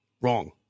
Wrong